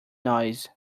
noise